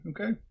Okay